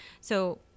So-